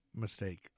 mistake